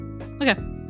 Okay